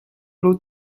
low